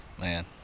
man